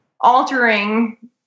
altering